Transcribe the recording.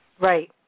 Right